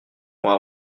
font